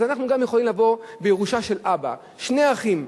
אז אנחנו גם יכולים לבוא בירושה של אבא: שני אחים,